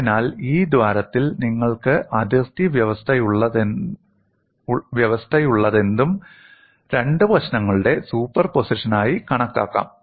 അതിനാൽ ഈ ദ്വാരത്തിൽ നിങ്ങൾക്ക് അതിർത്തി വ്യവസ്ഥയുള്ളതെന്തും രണ്ട് പ്രശ്നങ്ങളുടെ സൂപ്പർപോസിഷനായി കണക്കാക്കാം